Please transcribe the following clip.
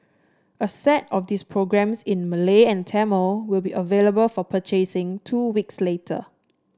a set of these programmes in Malay and Tamil will be available for purchasing two weeks later